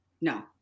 No